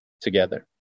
together